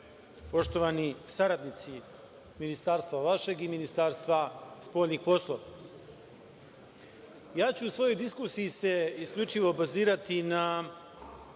poštovani saradnici Ministarstva vašeg i Ministarstva spoljnih poslova, u svojoj diskusiji ću se isključivo bazirati na